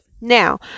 Now